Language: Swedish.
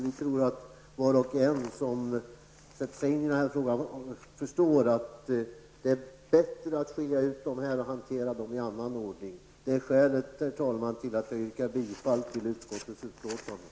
Vi tror att var och en som sätter sig in i frågan förstår att det är bättre att skilja på detta och hantera det på olika sätt. Det är skälet, herr talman, till att vi yrkar bifall till utskottets utlåtanden.